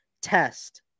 test